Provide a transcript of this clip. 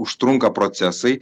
užtrunka procesai